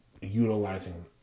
utilizing